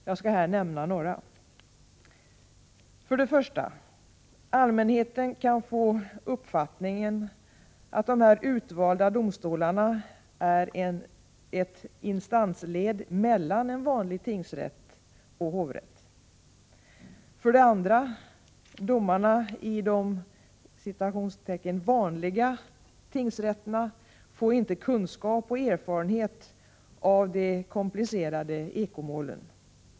Jag skall här nämna några. För det första: allmänheten kan få uppfattningen att dessa utvalda domstolar är ett instansled mellan en vanlig tingsrätt och hovrätt. För det andra: domarna i de ”vanliga” tingsrätterna får inte kunskap om och erfarenhet av de komplicerade ekomålen.